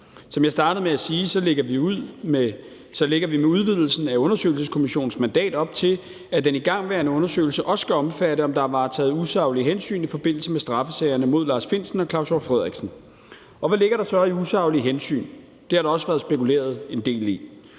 Som jeg startede med at sige, lægger vi med udvidelsen af undersøgelseskommissionens mandat op til, at den igangværende undersøgelse også skal omfatte, om der er varetaget usaglige hensyn i forbindelse med straffesagerne mod Lars Findsen og Claus Hjort Frederiksen. Hvad ligger der så i udtrykket usaglige hensyn? Det har der også været spekuleret en del i.